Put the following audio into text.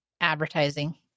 advertising